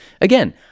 again